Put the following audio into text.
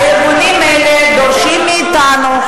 הארגונים האלה דורשים מאתנו,